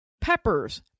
Peppers